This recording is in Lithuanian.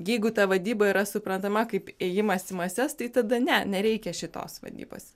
jeigu ta vadyba yra suprantama kaip ėjimas į mases tai tada ne nereikia šitos vadybos